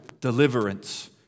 deliverance